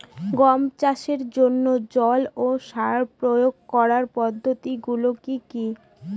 গম চাষের জন্যে জল ও সার প্রয়োগ করার পদ্ধতি গুলো কি কী?